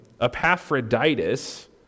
Epaphroditus